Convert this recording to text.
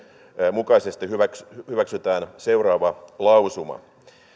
mukaisesti hyväksytään hyväksytään seuraava lausuma